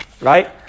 Right